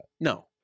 No